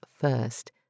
first